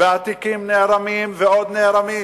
והתיקים נערמים ועוד נערמים.